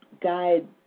guide